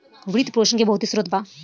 वित्त पोषण के बहुते स्रोत बा